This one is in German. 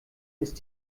ist